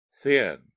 thin